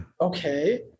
okay